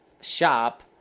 shop